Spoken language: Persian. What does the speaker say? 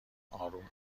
آروم